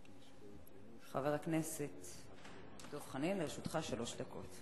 חבר הכנסת דב חנין, לרשותך שלוש דקות.